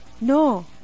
No